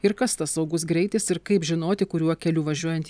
ir kas tas saugus greitis ir kaip žinoti kuriuo keliu važiuojant